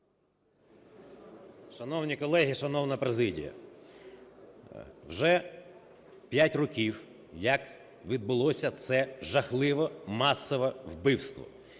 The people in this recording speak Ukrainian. Шановні колеги, шановна президія! Вже 5 років, як відбулося це жахливе масове вбивство,